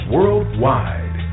Worldwide